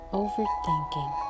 overthinking